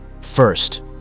First